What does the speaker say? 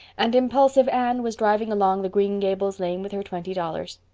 and impulsive anne was driving along the green gables lane with her twenty dollars.